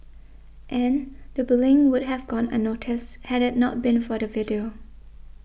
and the bullying would have gone unnoticed had it not been for the video